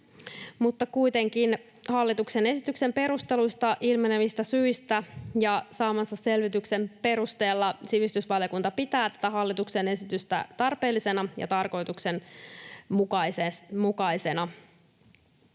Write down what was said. Kuitenkin hallituksen esityksen perusteluista ilmenevistä syistä ja saamansa selvityksen perusteella sivistysvaliokunta pitää tätä hallituksen esitystä tarpeellisena ja tarkoituksenmukaisena.